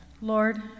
Lord